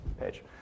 page